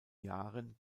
jahren